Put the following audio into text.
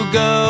go